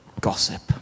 gossip